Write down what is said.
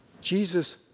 Jesus